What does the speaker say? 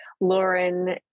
Lauren